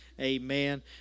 Amen